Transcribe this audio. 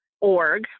org